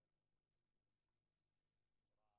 דרך